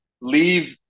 leave